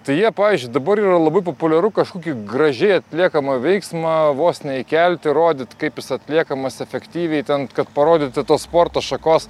tai jie pavyzdžiui dabar yra labai populiaru kažkokį gražiai atliekamą veiksmą vos ne įkelti rodyt kaip jis atliekamas efektyviai ten kad parodyti tos sporto šakos